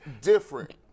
different